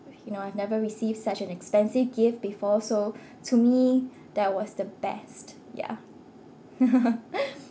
you know I've never received such an expensive gift before so to me that was the best yeah